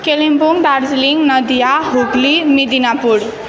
Kalimpong Darjeeling Nadia Hooghly Medinipur